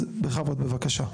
אז בכבוד, בבקשה.